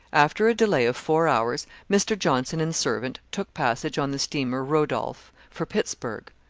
after a delay of four hours, mr. johnson and servant took passage on the steamer rodolph, for pittsburgh.